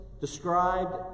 described